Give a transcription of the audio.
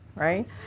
right